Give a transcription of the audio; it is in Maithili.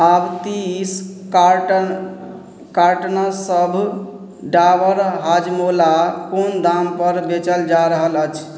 आब तीस कार्टन कार्टनसब डाबर हाजमोला कोन दामपर बेचल जा रहल अछि